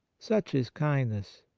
such is kindness.